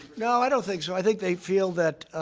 no, i don't think so. i think they feel that